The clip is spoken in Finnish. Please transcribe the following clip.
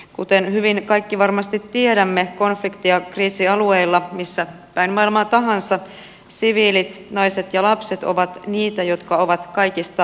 kuten hyvin kaikki varmasti tiedämme konflikti ja kriisialueilla missä päin maailmaa tahansa siviilit naiset ja lapset ovat niitä jotka ovat kaikista heikoimmilla